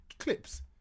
Clips